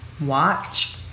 Watch